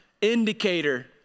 indicator